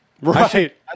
Right